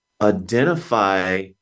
identify